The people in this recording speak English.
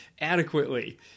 adequately